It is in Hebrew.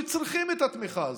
שצריכים את התמיכה הזאת?